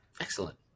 Excellent